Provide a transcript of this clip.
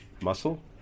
muscle